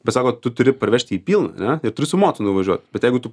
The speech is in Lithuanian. bet sako tu turi parvežti jį pilną ane ir turi su mocu nuvažiuoti bet jeigu tu